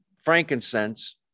frankincense